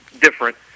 different